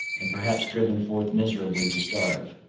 and perhaps driven forth miserably to starve.